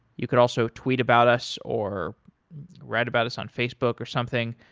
you could also tweet about us or write about us on facebook or something.